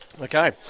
Okay